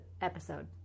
episode